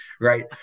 right